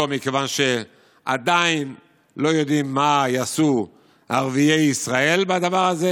מכיוון שעדיין לא יודעים מה יעשו ערביי ישראל בדבר הזה,